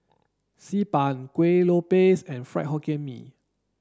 Xi Ban Kuih Lopes and Fried Hokkien Mee